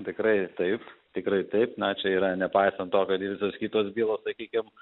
tikrai taip tikrai taip na čia yra nepaisant to kad ir visos kitos bylos sakykim